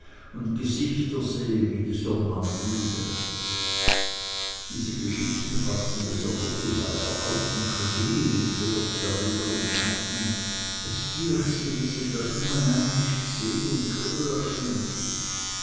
und gesichter sehe wie die somnambüle diese geschichten faßten besonders die weiber auf und schrien empört darüber und meinten es düech se we si das nume einisch gseh